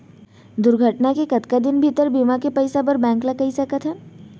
दुर्घटना के कतका दिन भीतर बीमा के पइसा बर बैंक ल कई सकथन?